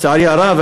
לצערי הרב,